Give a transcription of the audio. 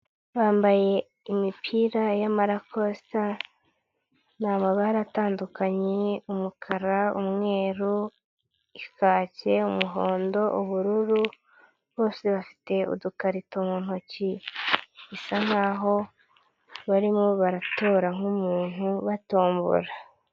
Bambaye imipira y'amakosita ni amabara atandukanye: umukara, umweru, kaki, umuhondo, ubururu, bose bafite udukarito mu ntoki bisa nk'aho barimo baratora nk'umuntu batombora.